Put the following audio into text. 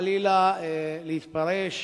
חלילה, להתפרש